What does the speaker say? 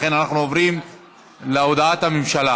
לכן אנחנו עוברים להודעת הממשלה